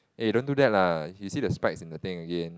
eh don't do that lah you see the spikes in the thing again